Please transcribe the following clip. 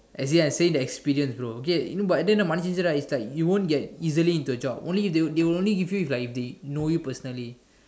as in I saying the experience bro okay you know but then the money changer right is like you won't get easily into the job only they they will only give you if they know you personally